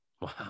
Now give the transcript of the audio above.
Wow